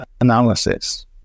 analysis